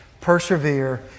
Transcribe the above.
persevere